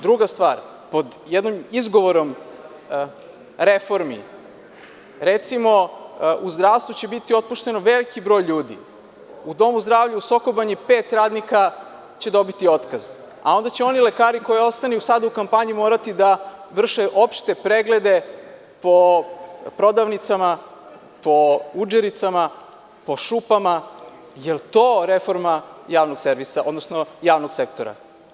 Druga stvar, pod jednim izgovorom reformi, recimo, u zdravstvu će biti otpušten veliki broj ljudi, a u Domu zdravlja u Soko banji pet radnika će dobiti otkaz, a onda će oni lekari koji ostanu sada u kampanji morati da vrše opšte preglede po prodavnicama, po udžericama, po šupama, i da li je to reforma javnog sektora?